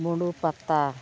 ᱵᱷᱩᱸᱰᱩᱯᱛᱟ